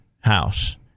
house